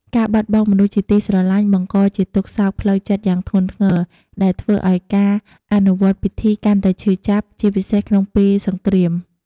ការបាត់បង់មនុស្សជាទីស្រឡាញ់ បង្កជាទុក្ខសោកផ្លូវចិត្តយ៉ាងធ្ងន់ធ្ងរ ដែលធ្វើឲ្យការអនុវត្តពិធីកាន់តែឈឺចាប់ ជាពិសេសក្នុងពេលសង្គ្រាម។